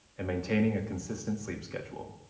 and maintaining a consistent sleep schedule.